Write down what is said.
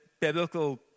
biblical